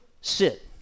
Sit